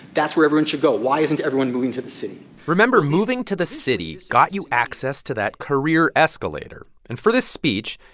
that's where everyone should go. why isn't everyone moving to the city? remember, moving to the city got you access to that career escalator. and for this speech,